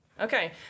Okay